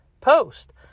post